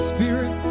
Spirit